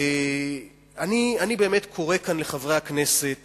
ואני באמת קורא כאן לחברי הכנסת